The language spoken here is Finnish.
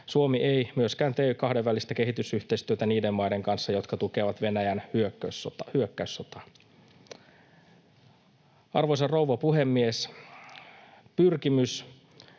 Suomi ei myöskään tee kahdenvälistä kehitysyhteistyötä niiden maiden kanssa, jotka tukevat Venäjän hyökkäyssotaa. Arvoisa rouva puhemies! Pyrkimys